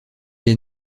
est